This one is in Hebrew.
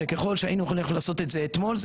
שככל שהיינו יכולים לעשות את זה אתמול,